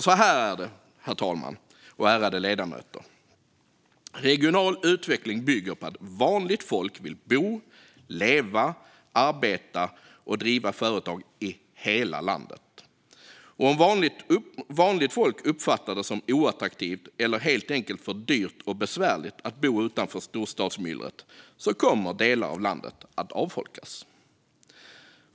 Så här är det, herr talman och ärade ledamöter: Regional utveckling bygger på att vanligt folk vill bo, leva, arbeta och driva företag i hela landet. Om vanligt folk uppfattar det som oattraktivt eller helt enkelt för dyrt och besvärligt att bo utanför storstadsmyllret kommer delar av landet att avfolkas.